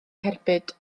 cerbyd